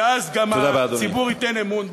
כי אז גם הציבור ייתן אמון בממסד.